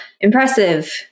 Impressive